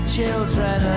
Children